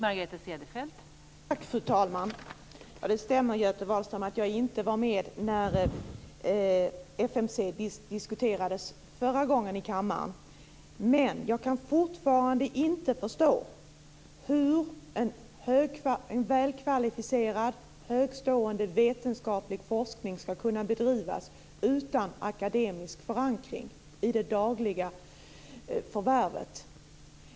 Fru talman! Det stämmer, Göte Wahlström, att jag inte var med när FMC diskuterades förra gången i kammaren. Men jag kan fortfarande inte förstå hur en väl kvalificerad högtstående vetenskaplig forskning ska kunna bedrivas utan akademisk förankring i det dagliga förvärvet.